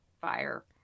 fire